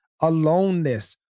aloneness